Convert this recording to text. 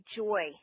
joy